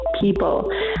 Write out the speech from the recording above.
people